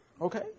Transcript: Okay